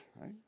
right